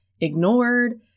ignored